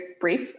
brief